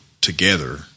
Together